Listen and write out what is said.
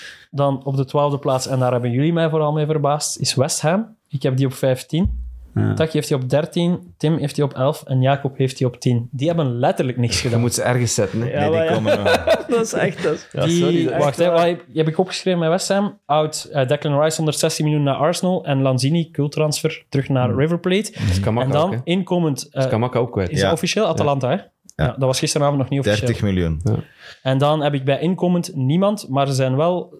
Dan op de 12e plaats, en daar hebben jullie mij vooral mee verbaasd, is West Ham. Ik heb die op 15. Ja. Taki heeft die op 13, Tim heeft die op 11 en Jacob heeft die op 10. Die hebben letterlijk niks gedaan. Die moeten ze ergens zetten, hè? Ja, Nee, maar die ja. komen wel. Dat is echt- dat is- Ja, die- sorry, dat is wacht, echt waar. hè, wa- die heb ik opgeschreven met West Ham. Out, eh, Declan Rice 116 miljoen naar Arsenal en Lanzini, cultransfer, terug naar Hmm. River Plate. Dat is Scamacca En dan ook, hè? inkomend, eh, Dat is Scamacca ook kwijt. is Ja. het officieel? Atalanta, Ja. hè? Ja. Ja, dat was gisteravond nog niet officieel. 30 miljoen. Ja. En dan heb ik bij inkomend niemand, maar ze zijn wel